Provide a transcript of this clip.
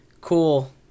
cool